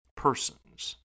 persons